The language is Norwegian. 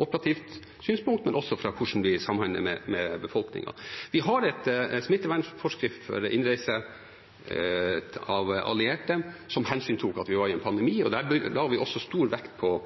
operativt synspunkt og fra hvordan vi samhandler med befolkningen. Vi har en smittevernforskrift for innreise av allierte som hensyntok at vi var i en pandemi, og der la vi også stor vekt på